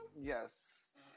Yes